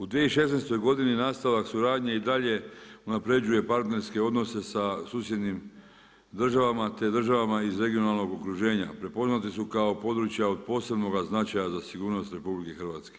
U 2016. godini nastavak suradnje i dalje unaprjeđuje partnerske odnose sa susjednim državama te državama iz regionalnog okruženja, prepoznate su kao područja od posebnoga značaja za sigurnost RH.